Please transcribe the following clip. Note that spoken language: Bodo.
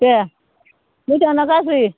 देह मोजां ना गाज्रि